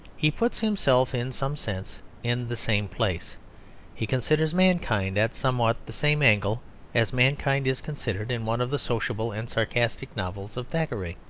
he puts himself in some sense in the same place he considers mankind at somewhat the same angle as mankind is considered in one of the sociable and sarcastic novels of thackeray.